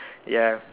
ya